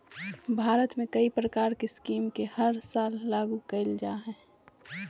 भारत में कई प्रकार के स्कीम के हर साल लागू कईल जा हइ